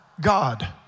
God